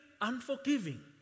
unforgiving